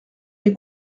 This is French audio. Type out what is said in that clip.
les